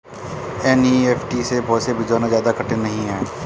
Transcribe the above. NEFT से पैसे भिजवाना ज्यादा कठिन नहीं है